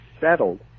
settled